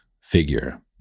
figure